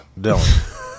Dylan